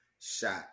shot